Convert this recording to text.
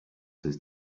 his